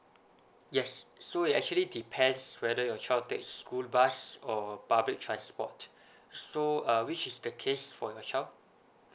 yes so it actually depends whether your child takes school bus or public transport so uh which is the case for your child